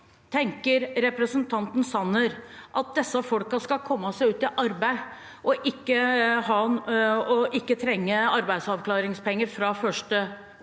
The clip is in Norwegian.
tenker representanten Sanner at disse folkene skal komme seg ut i arbeid og ikke trenge arbeidsavklaringspenger fra 1.